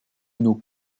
nos